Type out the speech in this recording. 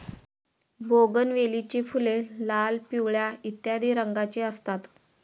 बोगनवेलीची फुले लाल, पिवळ्या इत्यादी रंगांची असतात